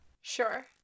Sure